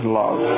love